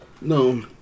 No